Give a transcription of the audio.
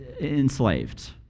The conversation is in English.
enslaved